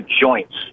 joints